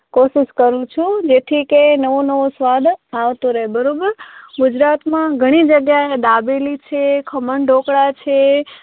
કોશીશ કરું છું જેથી કે નવો નવો સ્વાદ આવતો રહે બરાબર ગુજરાતમાં ઘણી જગ્યાએ દાબેલી છે ખમણ ઢોકળાં છે